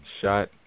shot